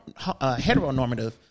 heteronormative